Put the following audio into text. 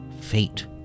fate